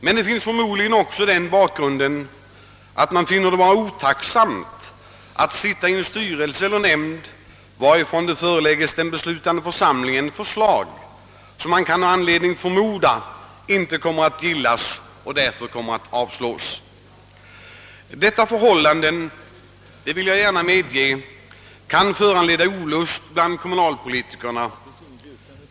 Men bakgrunden är förmodligen också den att man finner det otacksamt att sitta i en styrelse eller en nämnd, som förelägger den beslutande församlingen förslag, vilka förmodligen inte kommer att gillas utan som blir avslagna. Detta förhållande — det medger jag gärna — kan föranleda olust bland kommunalpolitikerna.